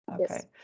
Okay